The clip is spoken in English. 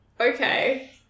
okay